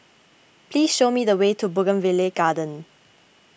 please show me the way to Bougainvillea Garden